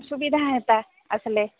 ସୁବିଧା ହୁଅନ୍ତା ଆସିଲେ